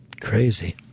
Crazy